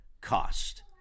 Cost